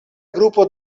grupo